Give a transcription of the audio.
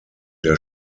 der